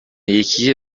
экиге